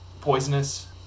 poisonous